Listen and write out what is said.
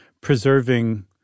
preserving